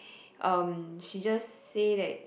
um she just say that